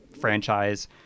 franchise